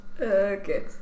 Okay